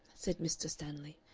said mr. stanley,